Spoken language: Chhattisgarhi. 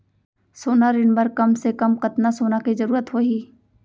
सोना ऋण बर कम से कम कतना सोना के जरूरत होही??